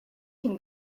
can